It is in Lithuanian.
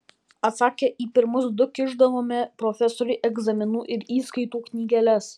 atsakę į pirmus du kišdavome profesoriui egzaminų ir įskaitų knygeles